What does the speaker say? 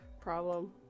problem